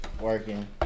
Working